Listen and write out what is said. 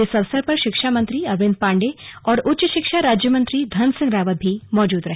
इस अवसर पर शिक्षा अरविंद पांडेय और उच्च शिक्षा राज्य मंत्री धन सिंह रावत भी मौजूद रहे